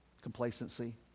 complacency